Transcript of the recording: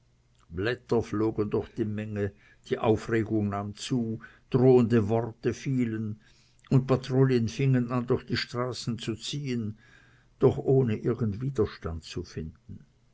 blätter flogen durch die menge die aufregung nahm zu drohende worte fielen und patrouillen fingen an durch die straßen zu ziehen doch ohne irgend widerstand zu finden